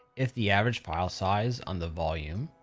if the average file size on the volume,